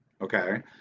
okay